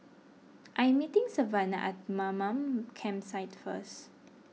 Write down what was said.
I am meeting Savana at Mamam Campsite first